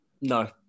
No